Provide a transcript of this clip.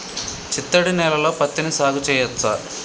చిత్తడి నేలలో పత్తిని సాగు చేయచ్చా?